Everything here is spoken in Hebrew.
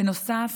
בנוסף,